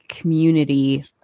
community